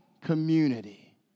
community